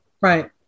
right